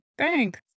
Thanks